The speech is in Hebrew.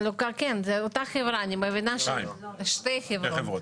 שתי חברות.